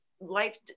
life